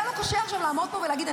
היה לו קשה עכשיו לעמוד פה ולהגיד,